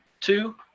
two